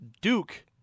Duke